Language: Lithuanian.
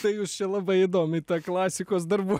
tai jūs čia labai įdomiai klasikos darbų